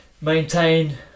maintain